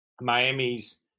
Miami's